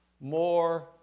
more